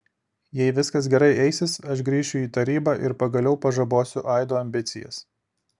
jei viskas gerai eisis aš grįšiu į tarybą ir pagaliau pažabosiu aido ambicijas